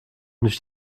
nicht